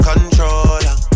Controller